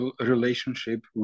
relationship